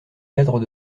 cadres